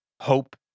hope